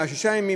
אלא שישה ימים,